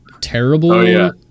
terrible